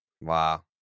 Wow